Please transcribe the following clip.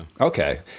Okay